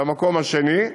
הוא במקום השני.